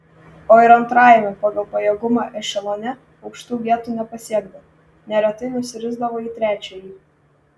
o ir antrajame pagal pajėgumą ešelone aukštų vietų nepasiekdavo neretai nusirisdavo į trečiąjį